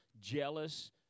jealous